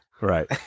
Right